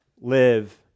live